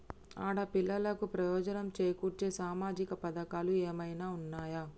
ఆడపిల్లలకు ప్రయోజనం చేకూర్చే సామాజిక పథకాలు ఏమైనా ఉన్నయా?